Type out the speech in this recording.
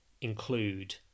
include